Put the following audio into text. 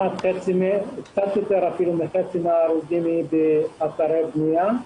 קצת יותר מחצי מן ההרוגים הם באתרי בנייה.